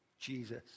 Jesus